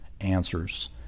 answers